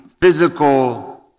physical